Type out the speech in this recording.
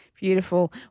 Beautiful